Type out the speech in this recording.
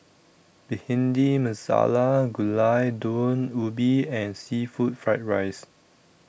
Bhindi Masala Gulai Daun Ubi and Seafood Fried Rice